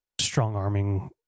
strong-arming